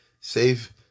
save